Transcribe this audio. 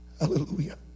Hallelujah